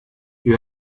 you